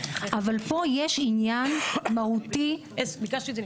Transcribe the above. אבל פה יש עניין מהותי של